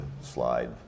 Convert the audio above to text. slide